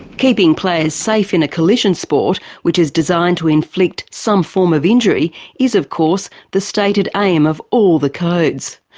keeping players safe in a collision sport which is designed to inflict some form of injury is of course the stated aim of all the codes.